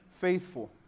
faithful